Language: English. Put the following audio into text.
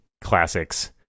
classics